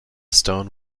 stone